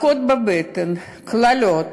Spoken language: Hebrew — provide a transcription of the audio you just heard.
מכות בבטן, קללות,